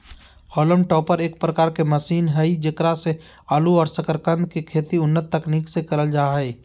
haulm topper एक प्रकार के मशीन हई जेकरा से आलू और सकरकंद के खेती उन्नत तकनीक से करल जा हई